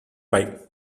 pie